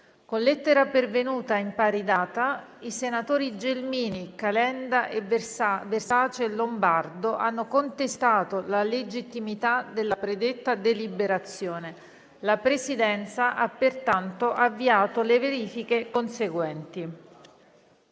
Con lettera pervenuta in pari data, i senatori Gelmini, Calenda, Versace e Lombardo hanno contestato la legittimità della predetta deliberazione. La Presidenza ha pertanto avviato le verifiche conseguenti.